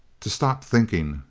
to stop thinking,